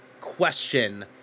question